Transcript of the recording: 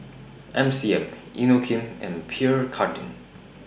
M C M Inokim and Pierre Cardin